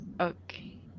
Okay